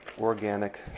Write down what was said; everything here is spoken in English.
organic